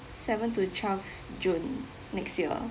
seven to twelve june next year